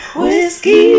whiskey